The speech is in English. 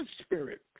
spirit